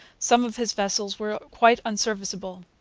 some of his vessels were quite unserviceable.